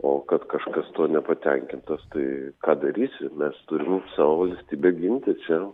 o kad kažkas tuo nepatenkintas tai ką darysi mes turim savo valstybę ginti čia